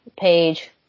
page